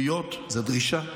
תקשיבו שנייה.